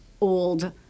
old